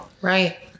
Right